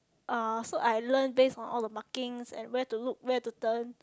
uh so I learn based on all the markings and where to look where to turn